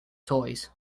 toys